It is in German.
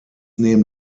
neben